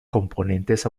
componentes